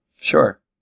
Sure